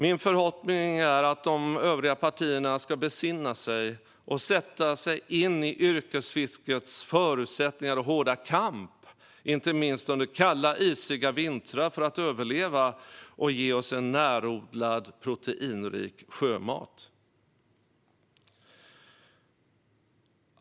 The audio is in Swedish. Min förhoppning är att de övriga partierna ska besinna sig och sätta sig in i yrkesfiskets förutsättningar och hårda kamp för att överleva, inte minst under kalla, isiga vintrar, och ge oss en närodlad, proteinrik sjömat.